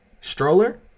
stroller